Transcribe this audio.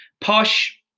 Posh